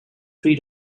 three